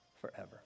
forever